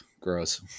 gross